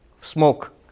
smoke